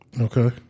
Okay